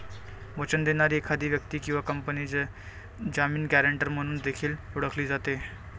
वचन देणारी एखादी व्यक्ती किंवा कंपनी जामीन, गॅरेंटर म्हणून देखील ओळखली जाते